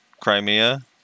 Crimea